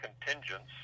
contingents